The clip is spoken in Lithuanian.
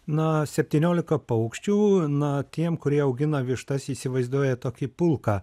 na septyniolika paukščių na tiem kurie augino vištas įsivaizduoja tokį pulką